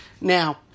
Now